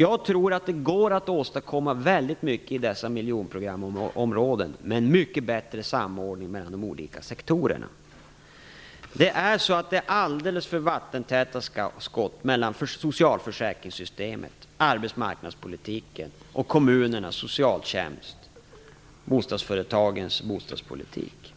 Jag tror att det går att åstadkomma väldigt mycket i dessa miljonprogramområden med mycket bättre samordning mellan de olika sektorerna. Det finns alldeles för vattentäta skott mellan socialförsäkringssystemet, arbetsmarknadspolitiken och kommunernas socialtjänst och bostadsföretagens bostadspolitik.